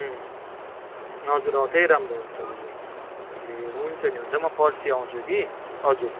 अँ हजुर अँ त्यही राम्रो हुन्छ हजुर ए हुन्छ नि हुन्छ म पर्सी आउँछु कि हजुर